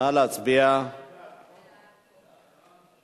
ההצעה להעביר את הצעת חוק המהנדסים